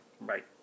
Right